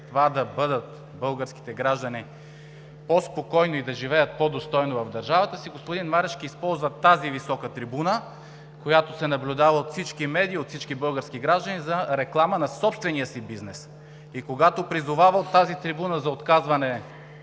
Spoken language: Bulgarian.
това да бъдат българските граждани по-спокойни и да живеят по-достойно в държавата си, господин Марешки използва тази висока трибуна, която се наблюдава от всички медии, от всички български граждани, за реклама на собствения си бизнес. Когато призовава от тази трибуна за отказване